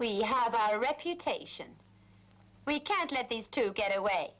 we have a bad reputation we can't let these two get away